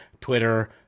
Twitter